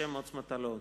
משה (מוץ) מטלון.